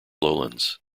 lowlands